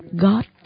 God